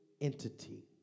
entity